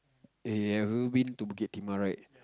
eh have you been to Bukit-Timah right